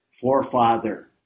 forefather